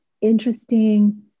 interesting